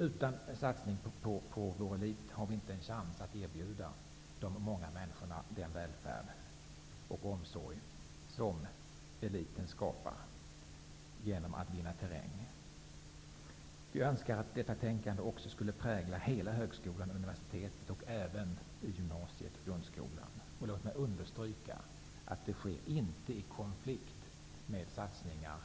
Utan en satsning på vår elit har vi inte en chans att erbjuda de många människorna den välfärd och omsorg som eliten skapar genom att vinna terräng. Vi önskar att detta tänkande också skulle prägla hela högskolan, universitetet och även gymnasiet och grundskolan. Och låt mig understryka att det inte sker i konflikt med satsningar